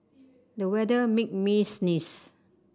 the weather made me sneeze